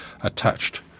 attached